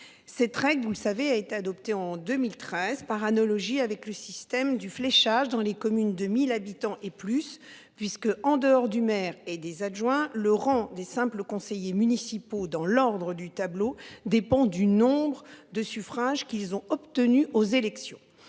Cette règle vous le savez, a été adopté en 2013 par analogie avec le système du fléchage dans les communes de 1000 habitants et plus puisque, en dehors du maire et des adjoints le rang des simples conseillers municipaux dans l'Ordre du tableau dépend du nombre de suffrages qu'ils ont obtenus aux élections